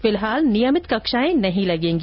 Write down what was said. फिलहाल नियमित कक्षाएं नहीं ललेंगी